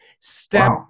step